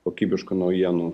kokybiškų naujienų